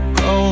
go